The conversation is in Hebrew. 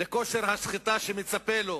לכושר הסחיטה שמצפה לו,